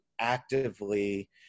actively